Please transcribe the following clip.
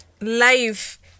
life